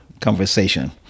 conversation